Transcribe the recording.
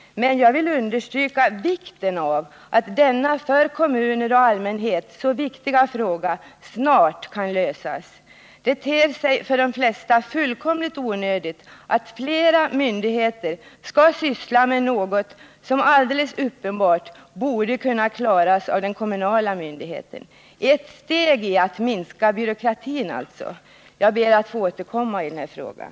Men jag vill understryka vikten av att denna för kommuner och allmänhet så viktiga fråga snart kan lösas. Det ter sig för de flesta fullkomligt onödigt att flera myndigheter skall syssla med något som alldeles uppenbart borde kunna klaras av den kommunala myndigheten — ett steg i strävandena att minska byråkratin alltså. Jag ber att få återkomma i frågan.